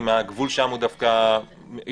הגבול שם הוא איזון.